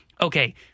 okay